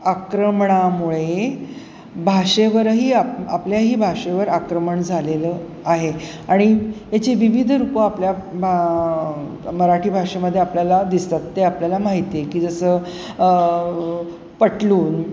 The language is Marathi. आक्रमणामुळे भाषेवरही आपल्याही भाषेवर आक्रमण झालेलं आहे आणि याची विविध रूपं आपल्या भा मराठी भाषेमध्ये आपल्याला दिसतात ते आपल्याला माहिती आहे की जसं पटलून